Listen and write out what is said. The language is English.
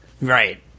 Right